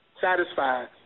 satisfied